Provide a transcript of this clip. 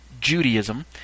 Judaism